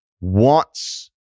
wants